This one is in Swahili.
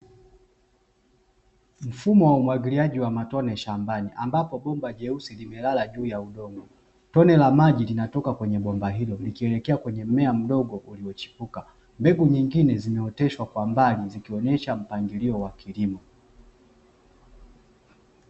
Mfumo wa umwagiliaji wa matone shambani, ambapo bomba jeusi lime lala juu ya udongo. Tone la maji linatoka kwenye bomba hilo likielekea kwenye mmea mdogo ulio chipuka, mbegu nyingine zimeoteshwa kwa mbali na zikionesha mpangilio wa kilimo.